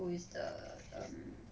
who is the um